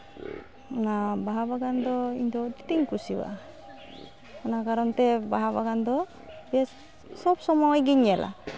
ᱚᱱᱟ ᱵᱟᱦᱟ ᱵᱟᱜᱟᱱ ᱫᱚ ᱤᱧᱫᱚ ᱟᱹᱰᱤ ᱟᱸᱴᱤᱧ ᱠᱩᱥᱤᱭᱟᱜᱼᱟ ᱚᱱᱟ ᱠᱟᱨᱚᱱ ᱛᱮ ᱵᱟᱦᱟ ᱵᱟᱜᱟᱱ ᱫᱚ ᱵᱮᱥ ᱥᱚᱵ ᱥᱚᱢᱚᱭᱜᱤᱧ ᱧᱮᱞᱟ